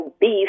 beef